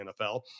NFL